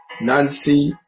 Nancy